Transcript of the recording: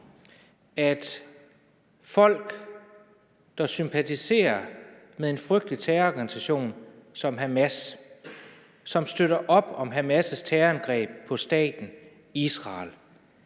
at folk, der sympatiserer med en frygtelig terrororganisation som Hamas, som støtter op om Hamas' terrorangreb på staten Israel,